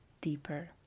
deeper